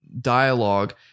dialogue